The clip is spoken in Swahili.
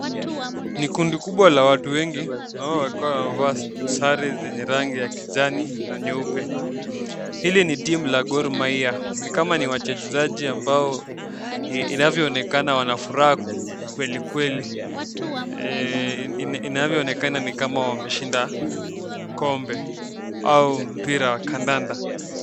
Ni kundi kubwa la watu wengi ambao walikuwa wamevaa sare zenye rangi ya kijani na nyeupe, hili ni timu ya Gor mahia, ni kama ni wachezaji ambao inavyoonekana wana furaha kweli kweli, inavyoonekana ni kama wameshinda kombe au mpira wa kandanda.